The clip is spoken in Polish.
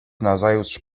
nazajutrz